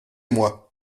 moi